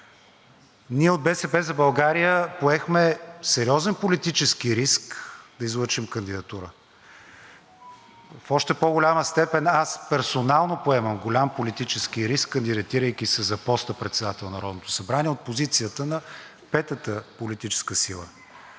Ние от „БСП за България“ поехме сериозен политически риск да излъчим кандидатура. В още по-голяма степен аз персонално поемам голям политически риск, кандидатирайки се за поста председател на Народното събрание от позицията на петата политическа сила,